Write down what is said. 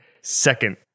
second